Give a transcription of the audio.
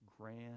grand